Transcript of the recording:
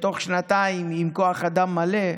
תוך שנתיים עם כוח אדם מלא,